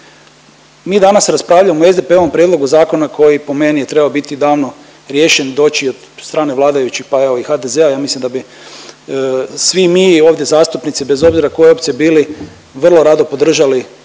Mi danas raspravljamo o SDP-ovom prijedlogu zakona koji je po meni trebao biti davno riješen, doći od strane vladajućih pa evo i HDZ-a, ja mislim da bi svi mi ovdje zastupnici bez obzira koje opcije bili vrlo rado podržali